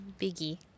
biggie